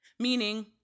Meaning